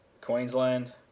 Queensland